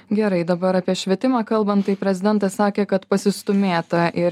gerai dabar apie švietimą kalbant tai prezidentas sakė kad pasistūmėta ir